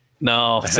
No